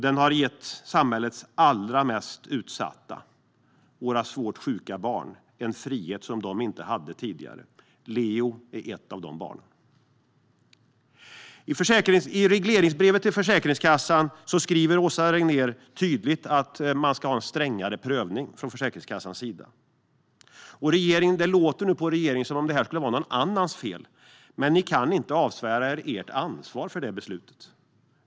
Den har gett samhällets allra mest utsatta - våra svårt sjuka barn - en frihet som de inte hade tidigare. Leo är ett av dessa barn. I regleringsbrevet till Försäkringskassan skriver Åsa Regnér tydligt att Försäkringskassan ska ha en strängare prövning. Det låter på regeringen som att det är någon annans fel, men den kan inte avsvära sig ansvaret för beslutet.